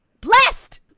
Blessed